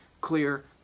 clear